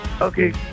Okay